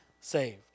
saved